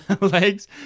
legs